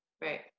Right